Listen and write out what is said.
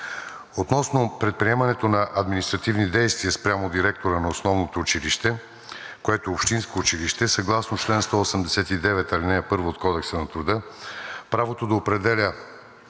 Относно предприемането на административни действия спрямо директора на основното училище, което е общинско училище, съгласно чл. 189, ал. 1 от Кодекса на труда правото да определя